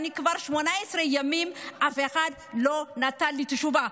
כבר 18 ימים אף אחד לא נתן לי תשובה,